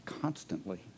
constantly